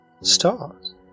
stars